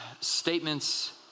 statements